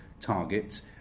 targets